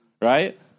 Right